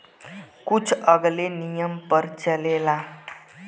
कुछ अलगे नियम पर चलेला